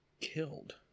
killed